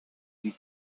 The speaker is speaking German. die